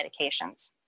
medications